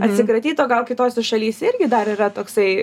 atsikratyt o gal kitose šalyse irgi dar yra toksai